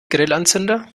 grillanzünder